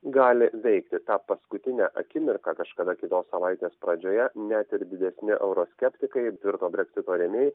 gali veikti tą paskutinę akimirką kažkada kitos savaitės pradžioje net ir didesni euroskeptikai virto breksito remėjais